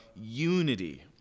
unity